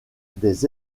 des